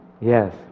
yes